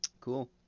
cool